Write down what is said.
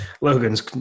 Logan's